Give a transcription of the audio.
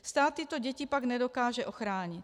Stát tyto děti pak nedokáže ochránit.